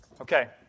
Okay